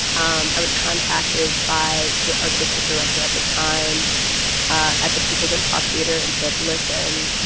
um i was contacted by the artistic director at the time ah at the peoples improv theater and said listen.